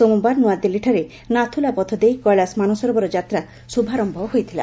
ସୋମବାର ନୂଆଦିଲ୍ଲୀଠାରେ ନାଥୁଲା ପଥ ଦେଇ କୈଳାଶ ମାନସରୋବର ଯାତ୍ରା ଶୁଭାରୟ ହୋଇଥିଲା